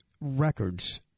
records